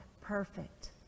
perfect